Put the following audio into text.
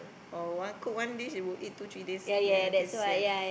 or one cook one dish he will eat two three days then until sian